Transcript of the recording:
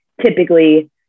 Typically